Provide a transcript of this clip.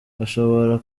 bashobora